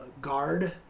guard